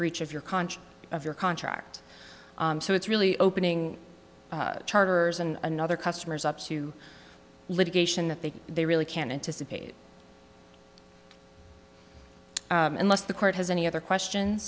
breach of your conscience of your contract so it's really opening charters and another customer's up to litigation that they they really can't anticipate unless the court has any other question